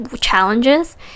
challenges